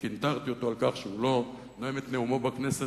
שקנטרתי אותו על כך שהוא לא נואם את נאומו בכנסת